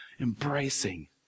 embracing